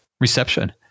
reception